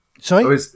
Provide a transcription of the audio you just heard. Sorry